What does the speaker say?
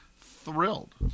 thrilled